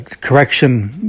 correction